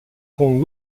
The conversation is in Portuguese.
com